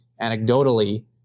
anecdotally